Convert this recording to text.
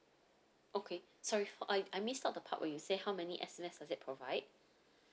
okay sorry I I missed out the part where you say how many S_M_S does it provide